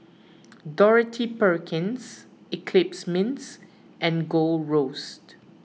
Dorothy Perkins Eclipse Mints and Gold Roast